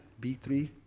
B3